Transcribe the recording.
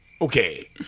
okay